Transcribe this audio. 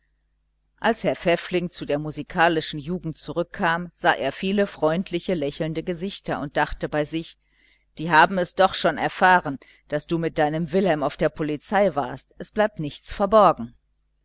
als herr pfäffling zu der musikalischen jugend zurückkam sah er viele freundlich lächelnde gesichter und dachte sich die haben es doch schon erfahren daß du mit deinem wilhelm auf der polizei warst es bleibt nichts verborgen